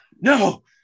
no